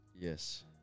Yes